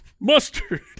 Mustard